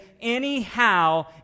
anyhow